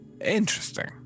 Interesting